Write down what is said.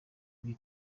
ibi